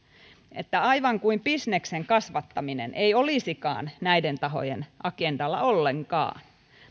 että aivan kuin bisneksen kasvattaminen ei olisikaan näiden tahojen agendalla ollenkaan